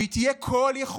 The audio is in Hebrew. והיא תהיה כול-יכולה,